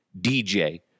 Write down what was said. DJ